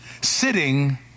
sitting